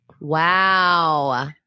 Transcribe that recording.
Wow